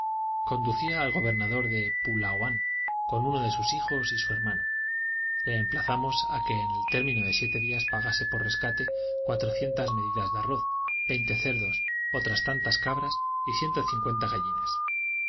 conducía al gobernador de pulaoán con uno de sus hijos y su hermano le emplazamos a que en el término de siete días pagase por rescate cuatrocientas medidas de arroz veinte cerdos otras tantas cabras y ciento cincuenta gallinas